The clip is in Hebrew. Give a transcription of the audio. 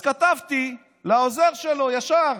אז כתבתי לעוזר שלו ישר.